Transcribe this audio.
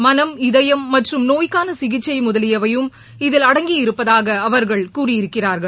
மனம் இதயம் மற்றும் நோய்க்கான சிகிச்சை முதலியவையும் இதில் அடங்கியிருப்பதாக அவர்கள் கூறியிருக்கிறார்கள்